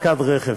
ובאחזקת רכב.